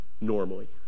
Normally